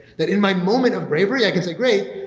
that in my moment of bravery i can say, great,